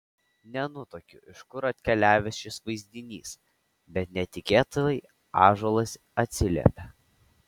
nenutuokiu iš kur atkeliavęs šis vaizdinys bet netikėtai ąžuolas atsiliepia